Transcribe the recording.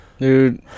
Dude